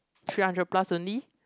three hundred plus only